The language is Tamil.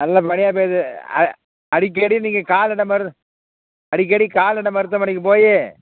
நல்ல பனியா பெய்யுது அ அடிக்கடி நீங்கள் கால்நடை மரு அடிக்கடி கால்நடை மருத்துவமனைக்கு போய்